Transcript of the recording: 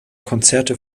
konzerte